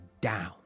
down